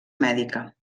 mèdica